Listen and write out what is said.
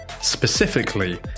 specifically